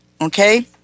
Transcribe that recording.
okay